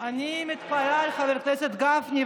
אני מתפלאת על חבר הכנסת גפני,